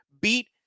beat